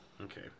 Okay